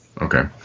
Okay